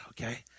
okay